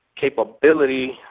capability